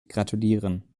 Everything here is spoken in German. gratulieren